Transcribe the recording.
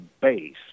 base